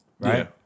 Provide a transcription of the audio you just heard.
right